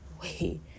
Wait